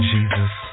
Jesus